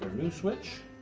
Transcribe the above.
new switch